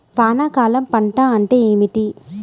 వానాకాలం పంట అంటే ఏమిటి?